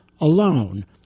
alone